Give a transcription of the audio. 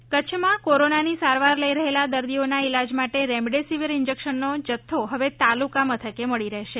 ક ચછ કચ્છમાં કોરોનાની સારવાર લઈ રહેલા દર્દીઓના ઈલાજ માટે રેમિડેસિવીર ઈન્જેકશનનો જથ્થો હવે તાલુકા મથકે મળી રહેશે